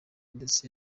ndetse